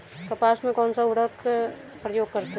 कपास में कौनसा उर्वरक प्रयोग करते हैं?